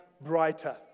brighter